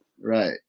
Right